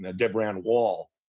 and deborah ann woll,